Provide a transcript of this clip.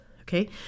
okay